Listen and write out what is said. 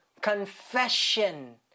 confession